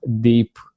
deep